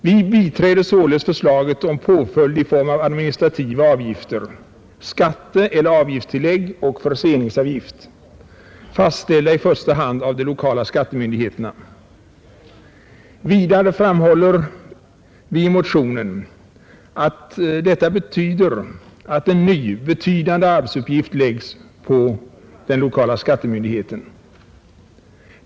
Vi biträder således förslaget om påföljd i form av administrativa avgifter, skatteeller avgiftstillägg och förseningsavgift, fastställda i första hand av de lokala skattemyndigheterna. Vidare framhåller vi i motionen att detta betyder att en ny betydande arbetsuppgift läggs på den lokala skattemyndigheten.